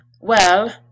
Well